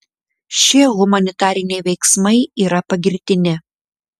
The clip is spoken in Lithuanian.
šie humanitariniai veiksmai yra pagirtini